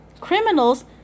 Criminals